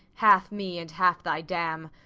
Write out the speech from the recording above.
half me and half thy dam!